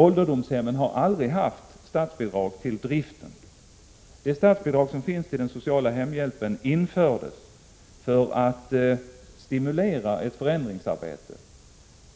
Ålderdomshemmen har aldrig haft statsbidrag till driften. Det statsbidrag som finns i den sociala hemhjälpen infördes för att stimulera ett förändringsarbete